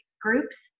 groups